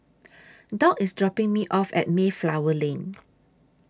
Dock IS dropping Me off At Mayflower Lane